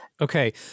Okay